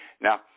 Now